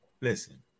Listen